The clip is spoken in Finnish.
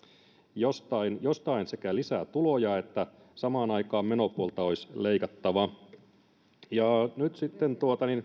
jostain jostain lisää tuloja että samaan aikaan menopuolta leikata nyt sitten